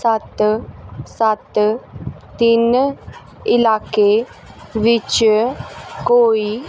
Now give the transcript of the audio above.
ਸੱਤ ਸੱਤ ਤਿੰਨ ਇਲਾਕੇ ਵਿੱਚ ਕੋਈ